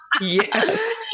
Yes